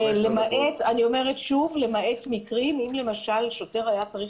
למעט מקרים כמו למשל של שוטר שהיה צריך